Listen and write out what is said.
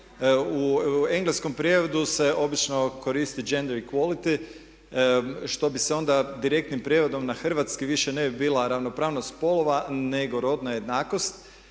U engleskom prijevodu se obično koristi … što bi se onda direktnim prijevodom na hrvatski više ne bi bila ravnopravnost spolova nego rodna jednakost.